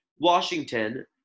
Washington